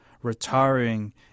Retiring